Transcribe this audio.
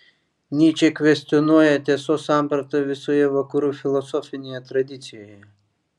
nyčė kvestionuoja tiesos sampratą visoje vakarų filosofinėje tradicijoje